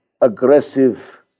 aggressive